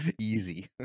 easy